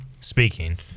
speaking